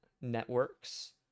networks